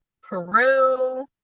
Peru